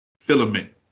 filament